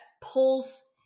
pulls